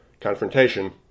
confrontation